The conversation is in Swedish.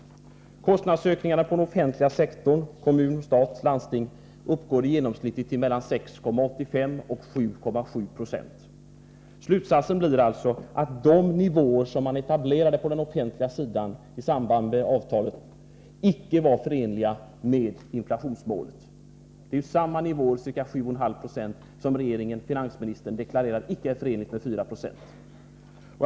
Kostnadsökningarna inom den offentliga sektorn — kommuner, stat och landsting — uppgår genomsnittligt till mellan 6,85 och 7,7 20. Slutsatsen blir att de nivåer som man etablerade på den offentliga sidan i samband med avtalet icke var förenliga med inflationsmålet. Det är ju samma nivå, ca 7,5 Jo, som finansministern deklarerat icke är förenlig med inflationsmålet 490.